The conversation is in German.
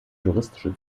touristische